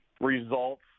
results